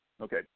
Okay